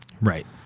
right